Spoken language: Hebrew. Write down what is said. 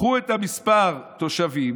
קחו את מספר התושבים,